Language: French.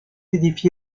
édifié